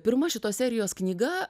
pirma šitos serijos knyga